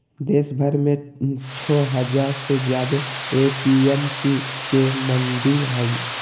देशभर में छो हजार से ज्यादे ए.पी.एम.सी के मंडि हई